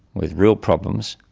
with real problems,